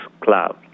cloud